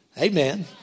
Amen